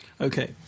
Okay